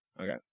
Okay